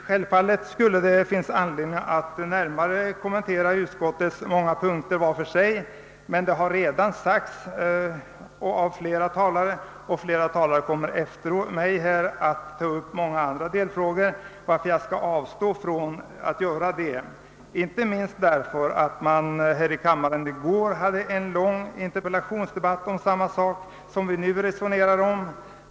Självfallet skulle det finnas anledning att närmare kommentera utskottsutlåtandets många punk ter var för sig, men olika delfrågor har redan berörts, och flera talare kommer efter mig att ta upp sådana. Jag skall fördenskull avstå från att göra det, inte minst med tanke på att det här i kammaren i går fördes en lång interpellationsdebatt om samma sak som vi nu resonerar om.